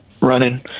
running